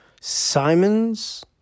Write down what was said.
Simons